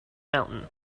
mountain